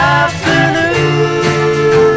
afternoon